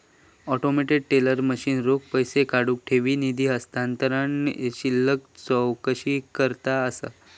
automated teller machine रोख पैसो काढुक, ठेवी, निधी हस्तांतरण, शिल्लक चौकशीकरता असा